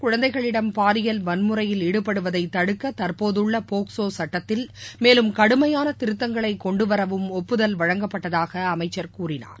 குழந்தைகளிடம் பாலியல் வன்முறையில் ஈடுபடுவதை தடுக்க தற்போதுள்ள போக்சோ சுட்டத்தில் மேலும் கடுமையான திருத்தங்களை கொண்டு வரவும் ஒப்புதல் வழங்கப்பட்டதாக அமைச்ச் கூறினார்